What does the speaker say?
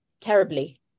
terribly